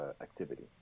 activity